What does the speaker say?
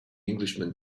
englishman